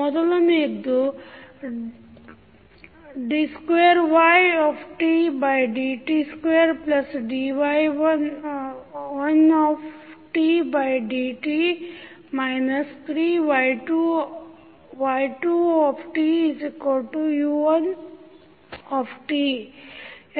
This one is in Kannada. ಮೊದಲನೆಯದ್ದು d2y1dt24dy1dt 3y2tu1t